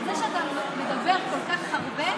אבל זה שאתה מדבר כל כך הרבה,